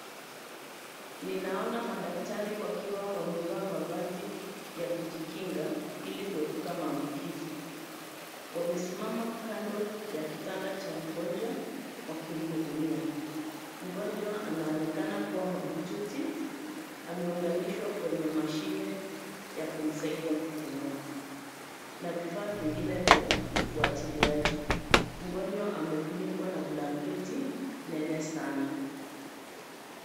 Ninaona madaktari wakiwa wamevaa mavazi ya kujikinga ili kuepuka maambukizi. Wamesimama kando ya kitanda cha mgonjwa wakimhudumia. Mgonjwa anaonekana kuwa mahututi. Ameunganishwa kwenye mashine ya kumsaidia kupumua. Na vifaa vingine vya ufuatiliaji. Mgonjwa amefunikwa na blanketi nene sana.